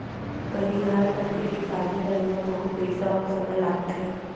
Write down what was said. बनिहार करके किसानी करे म बहुत पइसा अउ समय लागथे